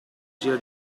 gira